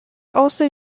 also